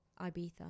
Ibiza